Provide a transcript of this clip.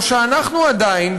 או שאנחנו עדיין,